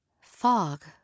Fog